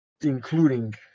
including